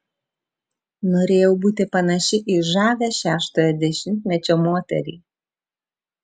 norėjau būti panaši į žavią šeštojo dešimtmečio moterį